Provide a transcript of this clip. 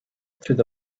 through